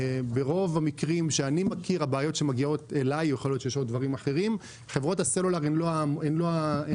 ברוב המקרים שאני מכיר הבעיות שמגיעות אליי חברות הסלולר הן לא המוקש,